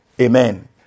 Amen